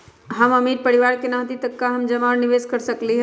हम अमीर परिवार से न हती त का हम जमा और निवेस कर सकली ह?